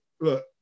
look